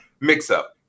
mix-up